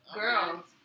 girls